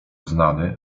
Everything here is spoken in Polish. znany